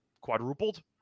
quadrupled